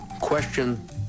question